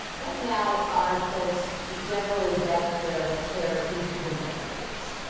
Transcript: right now, our folks generally get their care in two different areas. yeah